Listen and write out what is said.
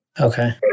Okay